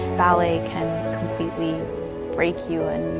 ballet can completely break you, and